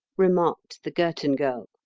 remarked the girton girl.